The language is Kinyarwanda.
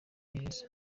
gereza